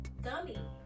dummy